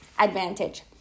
advantage